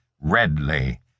redly